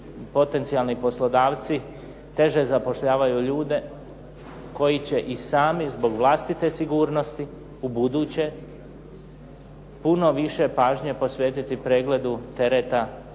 potencijalni poslodavci teže zapošljavaju ljude koji će i sami zbog vlastite sigurnosti ubuduće, puno više pažnje posvetiti pregledu tereta na